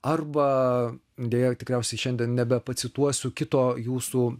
arba deja tikriausiai šiandien nebepacituosiu kito jūsų